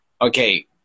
okay